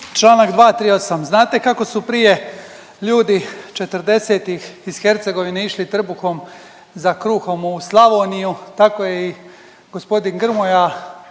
Čl. 238., znate kako su prije ljudi '40.-tih ih Hercegovine išli trbuhom za kruhom u Slavoniju, tako je i g. Grmoja